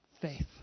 faith